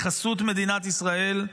בחסות מדינת ישראל,